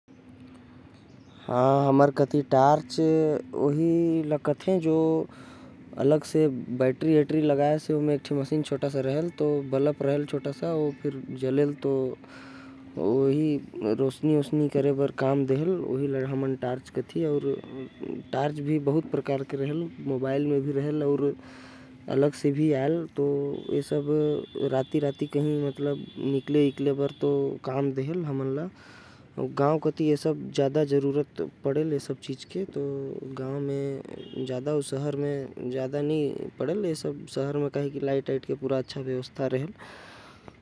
टॉर्च ओला कहथे जे हर बैटरी लगाए से रोशनी देथे। छोट सा मशीन होथे जेकर म बल्ब लगे होथे। जेकर म बैटरी डाले से रोशनी देथे। गाव म ए सब के ज्यादा इस्तेमाल करथे।